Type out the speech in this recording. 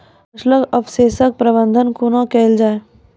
फसलक अवशेषक प्रबंधन कूना केल जाये?